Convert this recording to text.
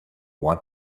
want